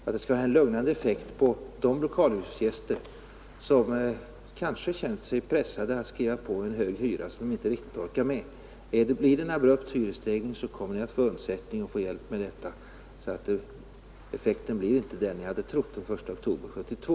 Det skall ha en lugnande effekt på de lokalhyresgäster som kanske känt sig pressade att skriva på en höjd hyra som de inte riktigt orkar med. Blir det en abrupt hyresstegring, kommer ni att få undsättning och hjälp med detta, så effekten blir inte den ni hade trott den 1 oktober 1972.